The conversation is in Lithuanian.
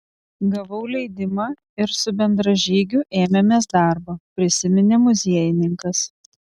gavau leidimą ir su bendražygiu ėmėmės darbo prisiminė muziejininkas